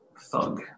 thug